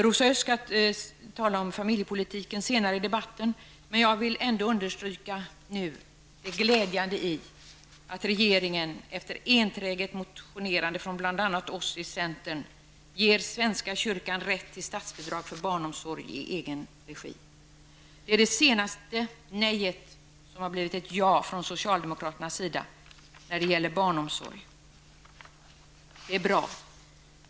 Rosa Östh skall senare i debatten tala om familjepolitiken, men jag vill ändå nu understryka det glädjande i att regeringen efter enträget motionerande från bl.a. oss i centern ger svenska kyrkan rätt till statsbidrag för barnomsorg i egen regi. Det är det senaste exemplet på att ett socialdemokratiskt nej har blivit ett ja när det gäller barnomsorg. Det är bra.